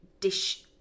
dish